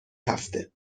هفته